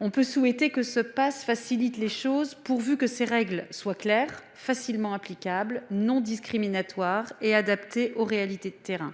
on peut souhaiter que ce pass facilite les choses, pourvu que les règles soient claires, facilement applicables, non discriminatoires et adaptées aux réalités de terrain.